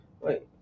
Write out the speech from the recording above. Wait